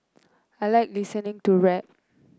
I like listening to rap